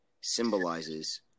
symbolizes